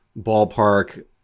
ballpark